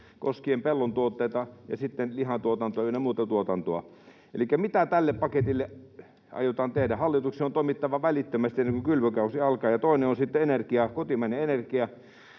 koskien pellon tuotteita ja sitten lihantuotantoa ynnä muuta tuotantoa. Elikkä mitä tälle paketille aiotaan tehdä? Hallituksen on toimittava välittömästi, ennen kuin kylvökausi alkaa. Toinen on sitten energia, kotimainen energia.